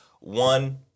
One